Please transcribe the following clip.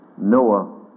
Noah